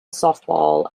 softball